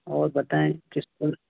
اور بتائیں کس پر